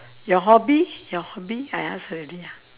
your hobby your hobby I ask already ah